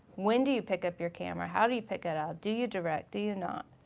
when do you pick up your camera? how do you pick it up? do you direct? do you not?